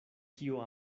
kio